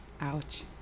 Ouch